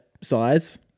size